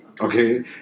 Okay